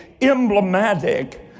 emblematic